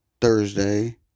Thursday